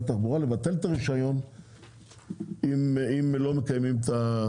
התחבורה לבטל את הרישיון ליבואן שלא מקיים את זה.